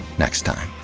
next time.